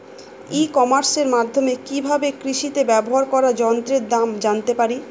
ই কমার্সের মাধ্যমে কি ভাবে কৃষিতে ব্যবহার করা যন্ত্রের দাম জানতে পারি?